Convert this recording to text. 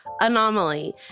Anomaly